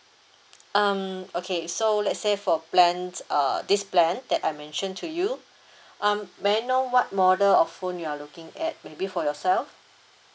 um okay so let's say for plan err this plan that I mentioned to you um may I know what model of phone you are looking at maybe for yourself